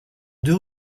deux